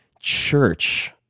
church